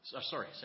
Sorry